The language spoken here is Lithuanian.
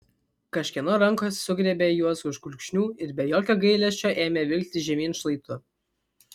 kažkieno rankos sugriebė juos už kulkšnių ir be jokio gailesčio ėmė vilkti žemyn šlaitu